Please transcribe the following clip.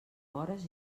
hores